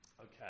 Okay